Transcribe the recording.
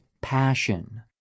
passion